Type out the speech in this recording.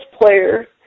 player